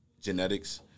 genetics